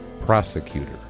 prosecutor